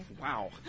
Wow